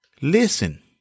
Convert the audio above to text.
Listen